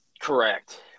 Correct